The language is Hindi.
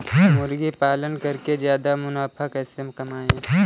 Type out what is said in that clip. मुर्गी पालन करके ज्यादा मुनाफा कैसे कमाएँ?